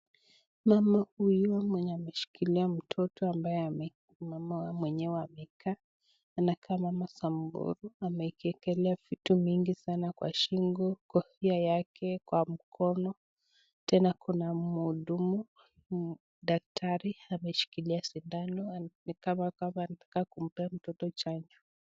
Mama huyu mwenye ameshikilia mtoto ambaye mama mwenye amekaa. Anakaa mama samburu ameekelea vitu mingi sana kwa shingo , kofia yake kwa mkono, tena kuna muhudumu, dakitari ameshikilia shindano ni kana kwamba anataka kumpea mtoto chanjo.